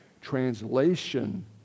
translation